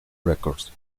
records